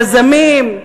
יזמים,